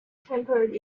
tempered